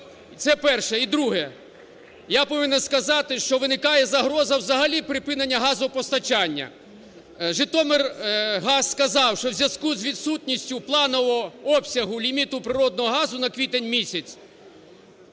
це перше. І друге – я повинен сказати, що виникає загроза взагалі припинення газопостачання. "Житомиргаз" сказав, що в зв'язку із відсутністю планового обсягу ліміту природного газу на квітень місяць,